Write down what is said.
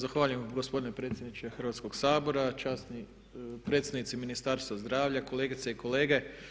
Zahvaljujem gospodine predsjedniče Hrvatskoga sabora, časni predstavnici Ministarstva zdravlja, kolegice i kolege.